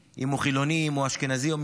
אם הוא חילוני, אם הוא אשכנזי או מזרחי,